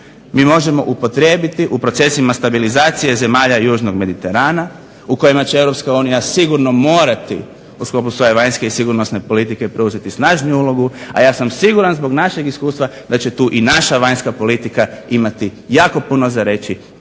mi možemo upotrijebiti u procesima stabilizacije zemalja južnog mediterana u kojima će europska unija sigurno morati u sklopu svoje vanjske i sigurnosne politike pružiti snažniju ulogu, a ja sam siguran iz našeg iskustva da će tu i naša vanjska politika imati jako puno za reći,